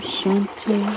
Shanti